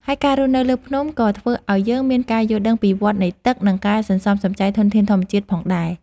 ហើយការរស់នៅលើភ្នំ ក៏ធ្វើឲ្យយើងមានការយល់ដឹងពីវដ្តនៃទឹក និងការសន្សំសំចៃធនធានធម្មជាតិផងដែរ។